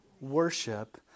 worship